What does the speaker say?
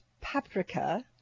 paprika